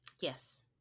Yes